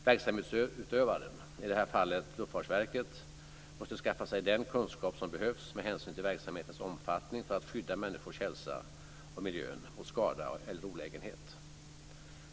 Verksamhetsutövaren, i detta fall Luftfartsverket, måste skaffa sig den kunskap som behövs med hänsyn till verksamhetens omfattning för att skydda människors hälsa och miljön mot skada eller olägenhet.